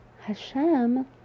Hashem